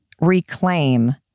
reclaim